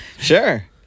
sure